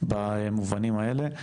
במובנים האלה.